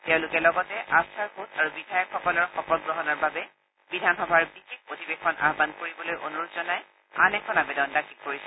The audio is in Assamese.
তেওঁলোক লগতে আস্থাৰ ভোট আৰু বিধায়কসকলৰ শপত গ্ৰহণৰ বাবে বিধানসভাৰ বিশেষ অধিৱেশন আহান কৰিবলৈ অনুৰোধ জনাই অন্য এখন আবেদন দাখিল কৰিছে